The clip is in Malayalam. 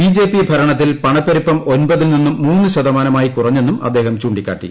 ബി ജെ പി ഭരണത്തിൽ പണപ്പെരുപ്പം ഒൻപതിൽ നിന്നു്ർ മൂന്ന് ശതമാനമായി കുറഞ്ഞെന്നും അദ്ദേഹം ചൂണ്ടിക്കാട്ടി